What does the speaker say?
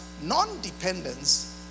non-dependence